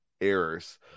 errors